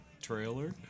trailer